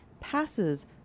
passes